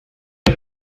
que